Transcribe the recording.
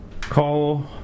call